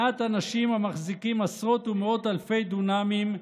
מעט אנשים המחזיקים עשרות ומאות אלפי דונמים,